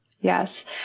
Yes